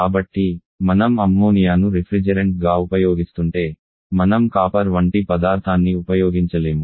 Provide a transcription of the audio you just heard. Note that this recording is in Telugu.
కాబట్టి మనం అమ్మోనియాను రిఫ్రిజెరెంట్గా ఉపయోగిస్తుంటే మనం కాపర్ వంటి పదార్థాన్ని ఉపయోగించలేము